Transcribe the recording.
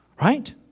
Right